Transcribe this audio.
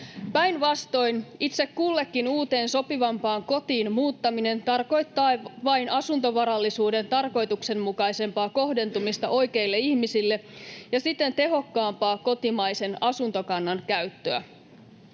Päinvastoin: itse kullekin uuteen sopivampaan kotiin muuttaminen tarkoittaa vain asuntovarallisuuden tarkoituksenmukaisempaa kohdentumista oikeille ihmisille ja siten tehokkaampaa kotimaisen asuntokannan käyttöä.